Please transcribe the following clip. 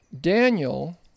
Daniel